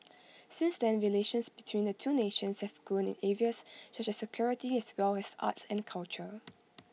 since then relations between the two nations have grown in areas such as security as well as arts and culture